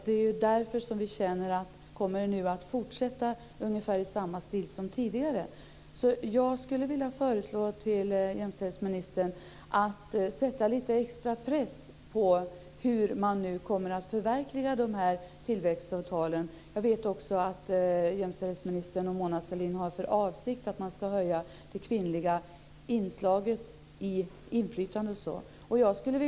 Det är därför som vi undrar om det nu kommer att fortsätta i ungefär samma stil som tidigare. Jag föreslår att jämställdhetsministern sätter lite extra press på hur dessa tillväxtavtal kommer att förverkligas. Jag vet också att jämställdhetsministern och Mona Sahlin har för avsikt att höja det kvinnliga inslaget när det gäller inflytande osv.